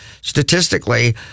Statistically